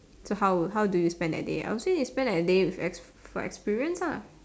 so how how do you spend that day I would say you spend that day with for experience lah